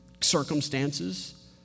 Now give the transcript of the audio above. circumstances